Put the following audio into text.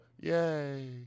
yay